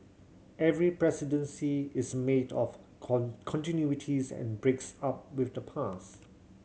every presidency is made up of continuities and breaks up with the past